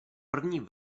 první